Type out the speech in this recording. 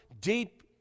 deep